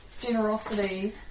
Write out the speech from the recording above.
Generosity